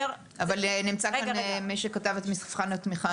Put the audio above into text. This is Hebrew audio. נמצא כאן מי שכתב את מבחן התמיכה.